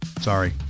Sorry